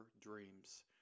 dreams